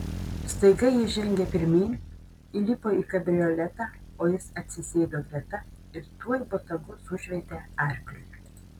staiga ji žengė pirmyn įlipo į kabrioletą o jis atsisėdo greta ir tuoj botagu sušveitė arkliui